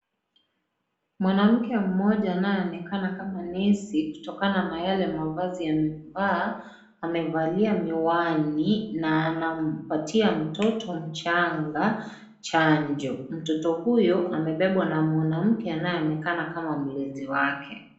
Mwanamke mmoja anayeonekana kama nesi kutokana na yale mavazi amevaa, amevalia miwani na anampatia mtoto mchanga chanjo, mtoto huyo amebebwa na mwanamke anayeonekana kama mlinzi wake.